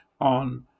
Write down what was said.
on